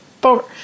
four